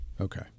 Okay